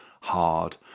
hard